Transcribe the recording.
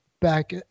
back